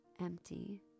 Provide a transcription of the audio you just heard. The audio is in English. empty